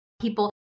people